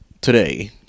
today